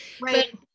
Right